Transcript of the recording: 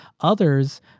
Others